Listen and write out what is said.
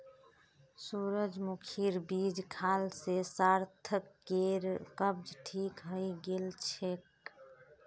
सूरजमुखीर बीज खाल से सार्थकेर कब्ज ठीक हइ गेल छेक